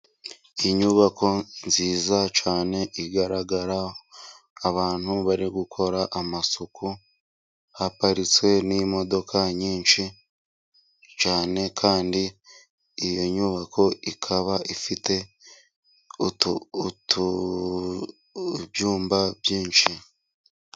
Inyubako nziza cyane igaragara, abantu bari gukora amasuku, haparitse n'imodoka nyinshi cyane, kandi iyo nyubako ikaba ifite ibyumba byinshi.